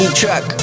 truck